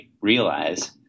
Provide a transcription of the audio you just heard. realize